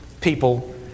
people